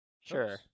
Sure